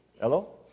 hello